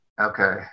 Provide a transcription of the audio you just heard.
Okay